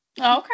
okay